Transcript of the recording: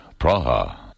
Praha